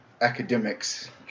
academics